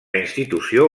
institució